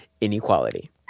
inequality